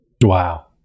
Wow